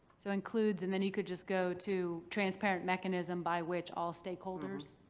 so includes and then you could just go to transparent mechanism by which all stakeholders.